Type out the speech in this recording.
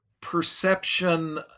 perception